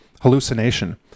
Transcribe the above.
hallucination